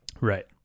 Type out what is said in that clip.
Right